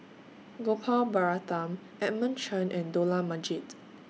Gopal Baratham Edmund Chen and Dollah Majid